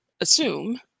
assume